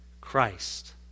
Christ